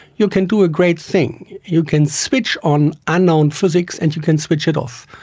you can do a great thing, you can switch on unknown physics and you can switch it off.